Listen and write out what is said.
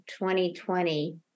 2020